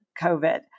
COVID